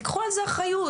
תקחו על זה אחריות.